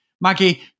Maggie